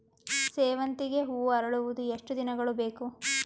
ಸೇವಂತಿಗೆ ಹೂವು ಅರಳುವುದು ಎಷ್ಟು ದಿನಗಳು ಬೇಕು?